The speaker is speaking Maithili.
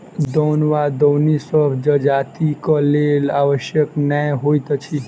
दौन वा दौनी सभ जजातिक लेल आवश्यक नै होइत अछि